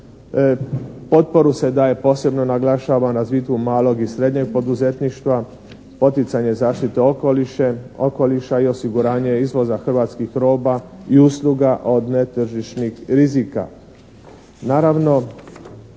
potporu se daje posebno naglašavam razvitku malog i srednjeg poduzetništva, poticanje zaštite okoliša i osiguranje izvoza hrvatskih roba i usluga od netržišnih rizika.